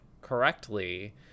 correctly